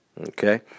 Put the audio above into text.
Okay